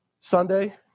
Sunday